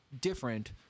different